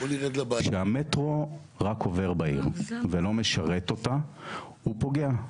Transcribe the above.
שהמטרו רק עובר בעיר ולא משרת אותה הוא פוגע,